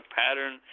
pattern